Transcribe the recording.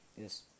yes